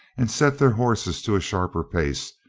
and set their horses to a sharper pace,